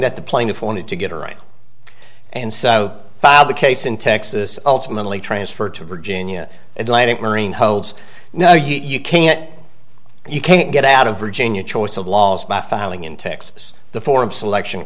that the plaintiff wanted to get a right and so filed the case in texas ultimately transferred to virginia atlantic marine holds no you can't you can't get out of virginia choice of laws by filing in texas the form selection